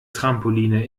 trampoline